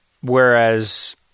whereas